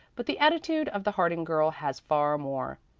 but the attitude of the harding girl has far more.